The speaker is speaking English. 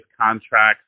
contracts